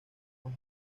más